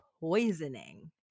poisoning